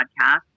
podcast